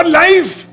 life